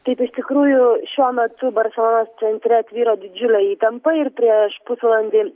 taip iš tikrųjų šiuo metu barselonos centre tvyro didžiulė įtampa ir prieš pusvalandį